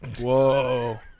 Whoa